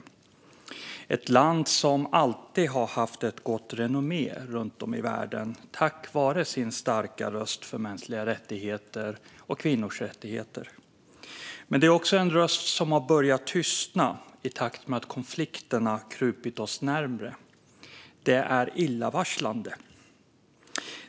Sverige är ett land som alltid har haft ett gott renommé runt om i världen tack vare sin starka röst för mänskliga rättigheter och kvinnors rättigheter. Men det är också en röst som har börjat tystna i takt med att konflikterna krupit oss närmare. Det är illavarslande.